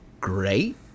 great